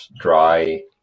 dry